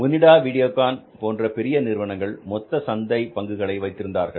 ஒனிடா வீடியோகான் போன்ற பெரிய நிறுவனங்கள் மொத்த சந்தை பங்குகளை வைத்திருந்தார்கள்